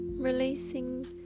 releasing